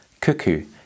Cuckoo